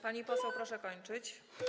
Pani poseł, proszę kończyć.